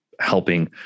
helping